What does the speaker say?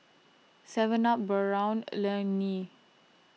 Seven Up Braun